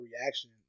reaction